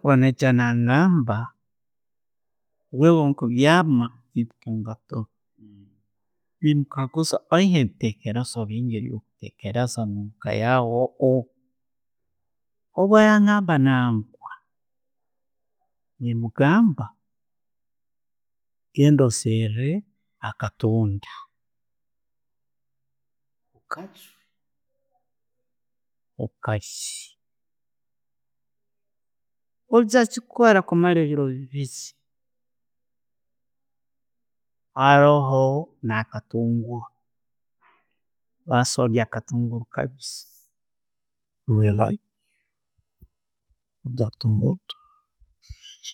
Bwaraija na'ngamba nti wewe, nemukaguuza oyine ebitekerezo omuka waawe okwo, obwarangamba nangwa, nemugamba, genda oseere akatunda okalye, okalye. Oijja kikora ebiiro byaawe bibiri, araho na'katunguru. akatunguru kabiisi.